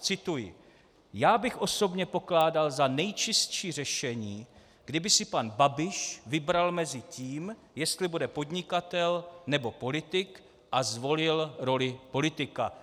Cituji: Já bych osobně pokládal za nejčistší řešení, kdyby si pan Babiš vybral mezi tím, jestli bude podnikatel, nebo politik, a zvolil roli politika.